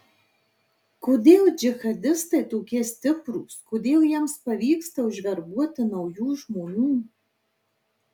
kodėl džihadistai tokie stiprūs kodėl jiems pavyksta užverbuoti naujų žmonių